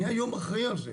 מי היום אחראי על זה?